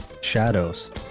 shadows